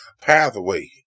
pathway